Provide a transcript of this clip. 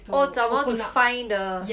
oh 找毛 to find the